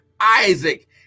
Isaac